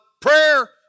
prayer